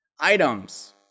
Items